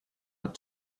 not